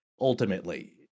ultimately